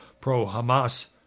pro-Hamas